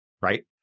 right